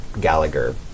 Gallagher